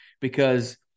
because-